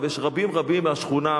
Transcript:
ויש רבים רבים מהשכונה,